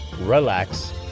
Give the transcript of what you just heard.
relax